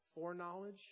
foreknowledge